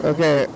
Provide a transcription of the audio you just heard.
Okay